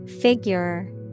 Figure